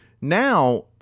now